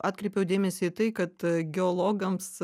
atkreipiau dėmesį į tai kad geologams